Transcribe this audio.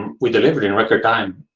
um we delivered in record time,